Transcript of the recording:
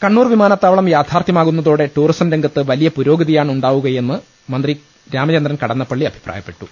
കണ്ണൂർ വിമാനത്താവളം യാഥാർത്ഥ്യമാകുന്നതോടെ ടൂറിസം രംഗത്ത് വലിയ പുരോഗതിയാണ് ഉണ്ടാകുകയെന്ന് മന്ത്രി രാമച ന്ദ്രൻ കടന്നപ്പള്ളി അഭിപ്രായപ്പെട്ടു